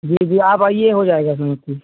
जी जी आप आइए हो जाएगा यहाँ पर